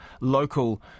local